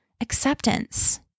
acceptance